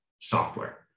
software